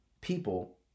people